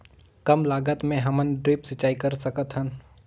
कम लागत मे हमन ड्रिप सिंचाई कर सकत हन?